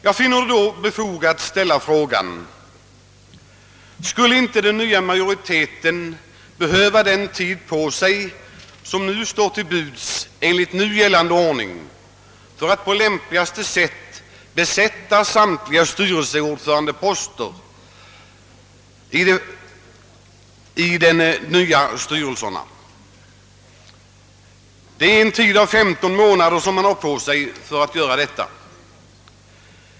Jag finner det då befogat att ställa frågan: Skulle inte den nya majoriteten behöva den tid på sig, som står till buds enligt nu gällande ordning för att besätta ordförandeposterna i samtliga styrelser på lämpligt sätt? Man har nu femton månader på sig för att göra det.